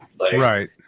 right